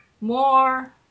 more